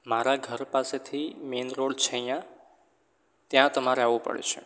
મારા ઘર પાસેથી મેન રોડ છે અહીંયા ત્યાં તમારે આવવું પડશે